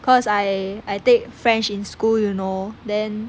cause I I take french in school you know then